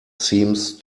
seems